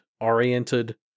oriented